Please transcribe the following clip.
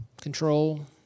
control